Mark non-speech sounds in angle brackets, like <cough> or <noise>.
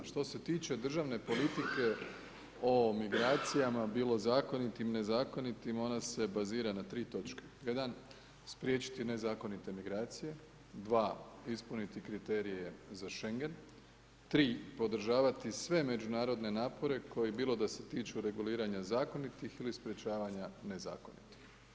Što se tiče državne politike o migracijama, bilo zakonitim ili nezakonitim, ona se bazira na 3 točke … <unintelligible> spriječiti nezakonite migracije, 2. ispuniti kriterije za Schengen, 3. podržavati sve međunarodne napore, koji bilo da se tiču reguliranja zakonitih ili sprječavanja nezakonitih.